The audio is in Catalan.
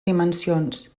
dimensions